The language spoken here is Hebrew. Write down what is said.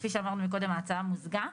כפי שאמרנו קודם, ההצעה מוזגה.